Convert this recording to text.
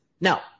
No